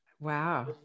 Wow